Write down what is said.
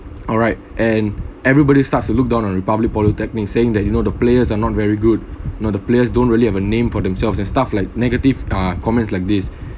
alright and everybody starts to look down on republic polytechnic saying that you know the players are not very good you know the players don't really have a name for themselves and stuff like negative ah comments like this